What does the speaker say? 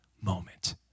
moment